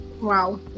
Wow